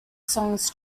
songs